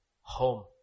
home